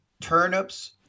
turnips